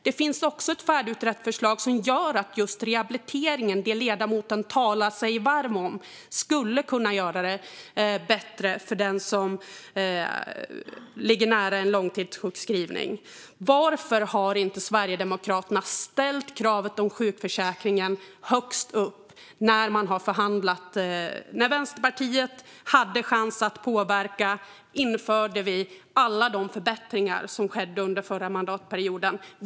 Det finns också ett färdigutrett förslag som skulle kunna göra att just rehabiliteringen, som ledamoten talar sig varm för, skulle kunna göras bättre för den som ligger nära en långtidssjukskrivning. Varför har inte Sverigedemokraterna ställt kravet om sjukförsäkringen högst upp när man har förhandlat? När Vänsterpartiet hade chans att påverka införde vi alla de förbättringar som skedde under förra mandatperioden.